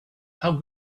how